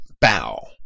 bow